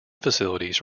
facilities